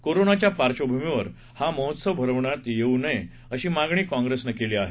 कोरोनाच्या पार्श्वभूमीवर हा महोत्सव भरवण्यात येऊ नये अशी मागणी काँप्रेसनं केली आहे